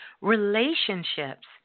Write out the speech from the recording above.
relationships